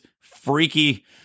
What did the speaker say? freaky